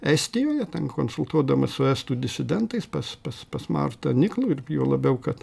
estijoje ten konsultuodamas su estų disidentais pas pas pas martą niklų ir juo labiau kad